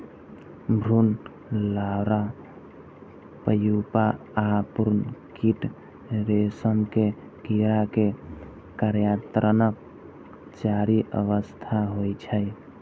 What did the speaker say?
भ्रूण, larva, pupa आ पूर्ण कीट रेशम के कीड़ा के कायांतरणक चारि अवस्था होइ छै